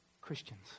Christians